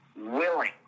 willing